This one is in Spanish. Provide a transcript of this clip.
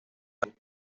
salud